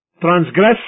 transgress